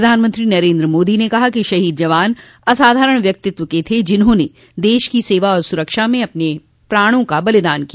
प्रधानमंत्री नरेन्द्र मोदी ने कहा कि शहीद जवान असाधारण व्यक्तित्व के थे जिन्होंने देश की सेवा और सुरक्षा में अपने प्राणों का बलिदान किया